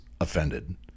offended